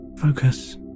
focus